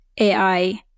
AI